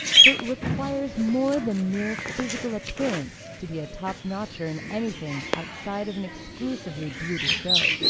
for it requires more than mere physical appearance to be a top notcher in anything outside of an exclusively beauty show.